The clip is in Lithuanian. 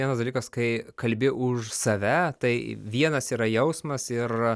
vienas dalykas kai kalbi už save tai vienas yra jausmas ir